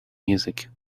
music